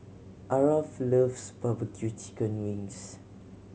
Aarav loves barbecue chicken wings